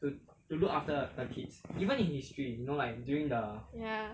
ya